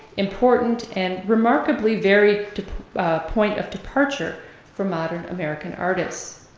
important, and remarkably varied point of departure for modern american artists.